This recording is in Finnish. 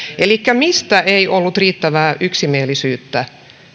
elikkä mistä ei ollut riittävää yksimielisyyttä